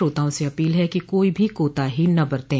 श्रोताओं से अपील है कि कोई भी कोताही न बरतें